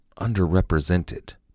underrepresented